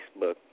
Facebook